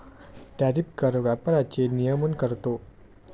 tariff कर व्यापाराचे नियमन करतो